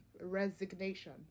resignation